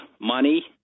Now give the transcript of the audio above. money